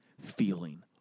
feeling